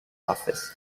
office